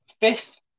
Fifth